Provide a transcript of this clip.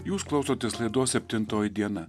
jūs klausotės laidos septintoji diena